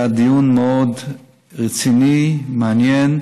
היה דיון מאוד רציני, מעניין.